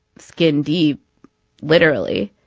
skin deep literally.